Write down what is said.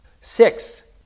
Six